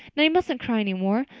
now, you mustn't cry any more,